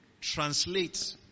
translate